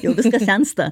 jau viskas sensta